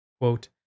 Quote